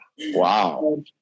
Wow